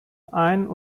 ein